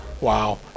Wow